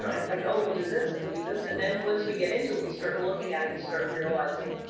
it's like oh, it'll do this and do this. and then once we get into we start looking at it, you start realizing,